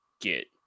get